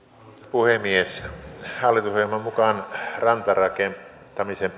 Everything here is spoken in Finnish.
puhemies hallitusohjelman mukaan rantarakentamisen